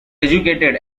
educated